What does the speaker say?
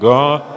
God